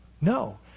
no